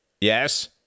yes